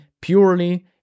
...purely